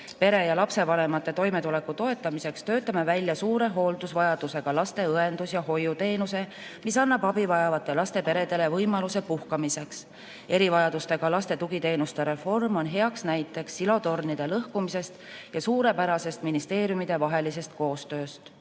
Pere ja lapsevanemate toimetuleku toetamiseks töötame välja suure hooldusvajadusega laste õendus- ja hoiuteenuse, mis annab abivajavate laste peredele võimaluse puhkamiseks. Erivajadustega laste tugiteenuste reform on heaks näiteks silotornide lõhkumisest ja suurepärasest ministeeriumidevahelisest koostööst.